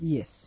Yes